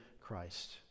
Christ